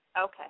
Okay